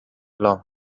love